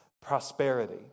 prosperity